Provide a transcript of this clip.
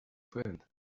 friend